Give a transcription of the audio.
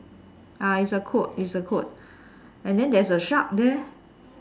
ah is a coat is a coat and then there is a shark there